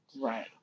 Right